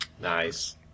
Nice